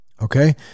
Okay